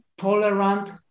tolerant